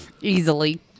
Easily